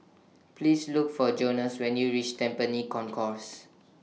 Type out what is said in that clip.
Please Look For Jonas when YOU REACH Tampines Concourse